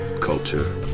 culture